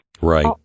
right